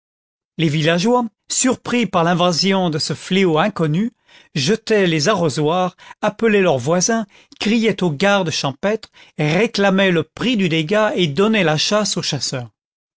les villageois surpris par l'invasion de ce fléau inconnu jetaient les arrosoirs appelaient leurs voisins criaient au garde champêtre réclamaient le prix du dégât et donnaient la chasse aux chasseurs